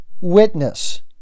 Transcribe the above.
witness